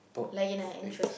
pork with eggs